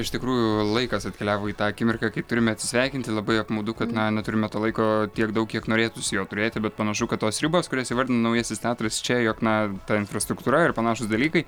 iš tikrųjų laikas atkeliavo į tą akimirką kai turime atsisveikinti labai apmaudu kad na neturime to laiko tiek daug kiek norėtųsi jo turėti bet panašu kad tos ribos kurias įvardina naujasis teatras čia jog na ta infrastruktūra ir panašūs dalykai